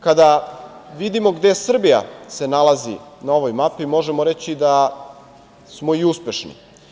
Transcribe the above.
Kada vidimo gde se Srbija nalazi na ovoj mapi, možemo reći da smo i uspešni.